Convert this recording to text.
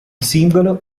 singolo